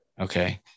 Okay